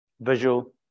Visual